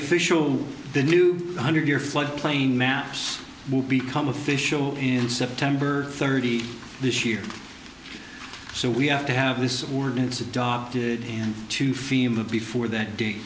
official the new one hundred year flood plain maps will become official in september thirty this year so we have to have this ordinance adopted and to fema before that da